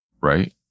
Right